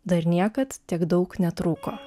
dar niekad tiek daug netrūko